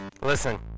Listen